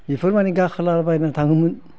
बेफोरमानि गाखोलाबायना थाङोमोन